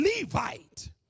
Levite